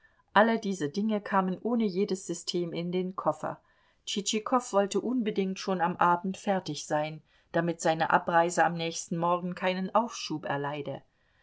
alle diese dinge kamen ohne jedes system in den koffer tschitschikow wollte unbedingt schon am abend fertig sein damit seine abreise am nächsten morgen keinen aufschub erleide